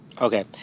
Okay